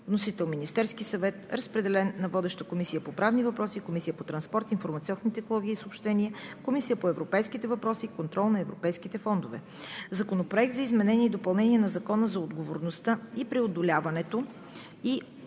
Вносител е Министерският съвет. Разпределен е на водещата Комисия по правни въпроси, Комисията по транспорт, информационни технологии и съобщения и Комисията по европейските въпроси и контрол на европейските фондове. Законопроект за изменение и допълнение на Закона за отговорността, преодоляването